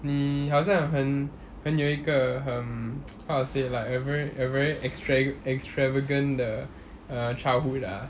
你好像很很有一个 um how to say like a ver~ a very extra~ extravagant 的 err childhood ah